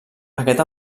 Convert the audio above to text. aquest